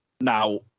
now